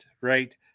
right